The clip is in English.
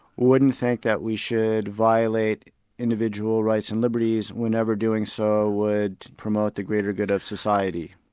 wouldn't think that we should violate individual rights and liberties whenever doing so would promote the greater good of society.